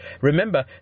Remember